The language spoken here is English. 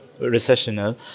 recessional